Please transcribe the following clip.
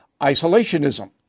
isolationism